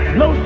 no